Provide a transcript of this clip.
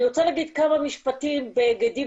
אני רוצה להגיד כמה משפטים בהיגדים